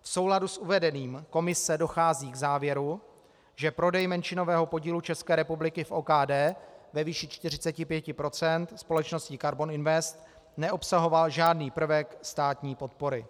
V souladu s uvedeným Komise dochází k závěru, že prodej menšinového podílu České republiky v OKD ve výši 45 % společnosti Karbon Invest neobsahoval žádný prvek státní podpory.